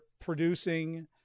producing